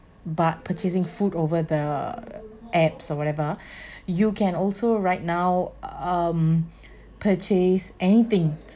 but purchasing food over the apps or whatever you can also right now um purchase anything